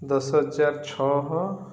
ଦଶ ହଜାର ଛହ